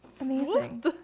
Amazing